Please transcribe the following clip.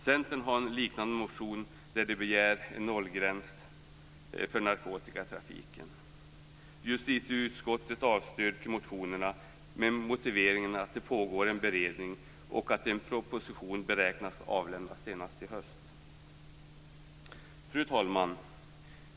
Centern har en liknande motion, där man begär en nollgräns för narkotika i trafiken. Justitieutskottet avstyrker motionerna med motiveringen att det pågår en beredning och att en proposition beräknas avlämnas senast i höst. Fru talman!